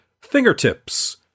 Fingertips